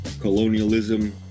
colonialism